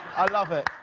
i love it.